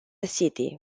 city